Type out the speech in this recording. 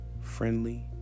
Friendly